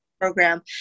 program